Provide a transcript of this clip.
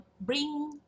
bring